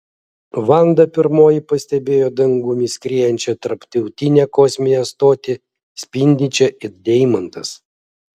vanda pirmoji pastebėjo dangumi skriejančią tarptautinę kosminę stotį spindinčią it deimantas